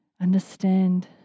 understand